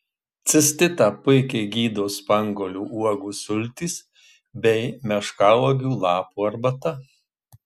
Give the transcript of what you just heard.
cistitą puikiai gydo spanguolių uogų sultys bei meškauogių lapų arbata